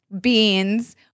beans